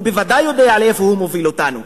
הוא בוודאי יודע לאן הוא מוביל אותנו.